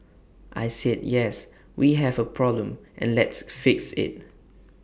I said yes we have A problem and let's fix IT